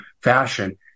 fashion